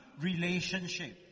relationship